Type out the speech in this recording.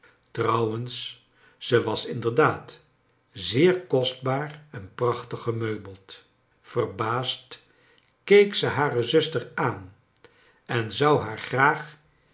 trouwens ze was inderdaad zeer kostbaar en prachtig gemeubeld verbaasd keek zij hare zuster aan en zou haar graag